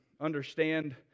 understand